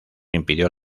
impidió